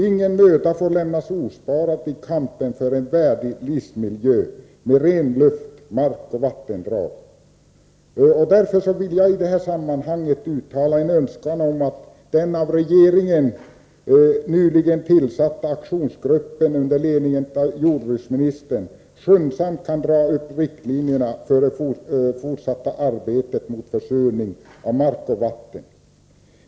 Ingen möda får sparas i kampen för en värdig livsmiljö med ren luft och mark och rena vattendrag. Därför vill jag i detta sammanhang uttala en önskan om att den av regeringen nyligen tillsatta aktionsgruppen under ledning av jordbruksministern skyndsamt drar upp riktlinjerna för det fortsatta arbetet mot försurning av mark och vatten.